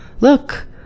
Look